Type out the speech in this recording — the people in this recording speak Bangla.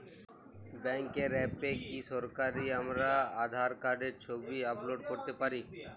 ব্যাংকের অ্যাপ এ কি সরাসরি আমার আঁধার কার্ডের ছবি আপলোড করতে পারি?